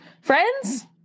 Friends